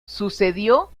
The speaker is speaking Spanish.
sucedió